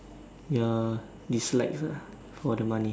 ya it's like uh for the money